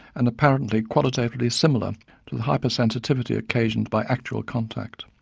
and apparently qualitatively similar to the hypersensitivity occasioned by actual contact.